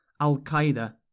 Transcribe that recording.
Al-Qaeda